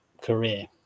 career